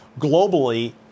globally